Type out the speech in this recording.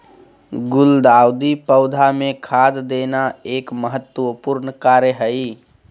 गुलदाऊदी पौधा मे खाद देना एक महत्वपूर्ण कार्य हई